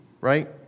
right